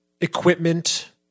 equipment